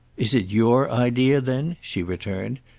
is it your idea then, she returned,